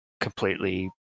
completely